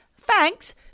thanks